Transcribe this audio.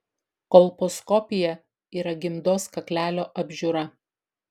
kolposkopija yra gimdos kaklelio apžiūra